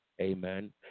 amen